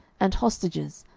and hostages,